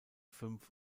fünf